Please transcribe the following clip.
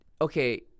okay